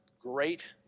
great